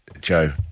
Joe